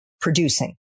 producing